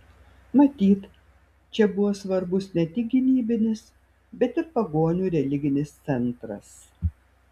matyt čia buvo svarbus ne tik gynybinis bet ir pagonių religinis centras